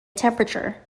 temperature